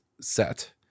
set